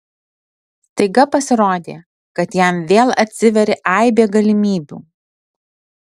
staiga pasirodė kad jam vėl atsiveria aibė galimybių